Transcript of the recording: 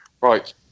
Right